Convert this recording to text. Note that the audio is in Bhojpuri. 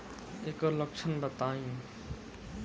ऐकर लक्षण बताई?